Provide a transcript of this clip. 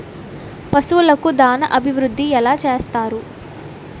పశువులకు దాన అభివృద్ధి ఎలా చేస్తారు?